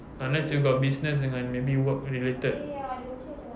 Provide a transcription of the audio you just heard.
unless you got business dengan maybe work related